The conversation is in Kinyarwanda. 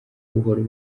buhoro